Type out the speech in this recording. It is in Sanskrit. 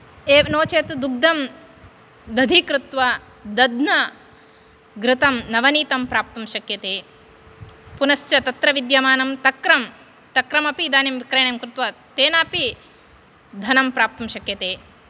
एवं नो चेत् दुग्धं दधि कृत्वा दध्ना घृतं नवनीतं प्राप्तुं शक्यते पुनश्च तत्र विद्यमानं तक्रं तक्र्म् तक्रमपि विक्रयणं कृत्वा तेनापि धनं प्राप्तुं शक्यते